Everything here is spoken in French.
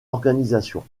organisation